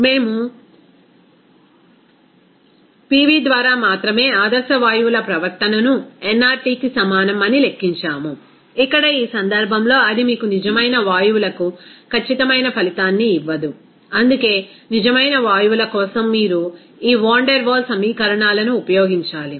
మేము PV ద్వారా మాత్రమే ఆదర్శ వాయువుల ప్రవర్తనను nRTకి సమానం అని లెక్కించాము ఇక్కడ ఈ సందర్భంలో అది మీకు నిజమైన వాయువులకు ఖచ్చితమైన ఫలితాన్ని ఇవ్వదు అందుకే నిజమైన వాయువుల కోసం మీరు ఈ వాన్ డెర్ వాల్ సమీకరణాలను ఉపయోగించాలి